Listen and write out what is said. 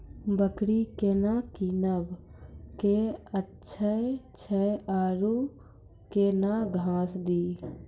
बकरी केना कीनब केअचछ छ औरू के न घास दी?